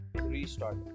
restart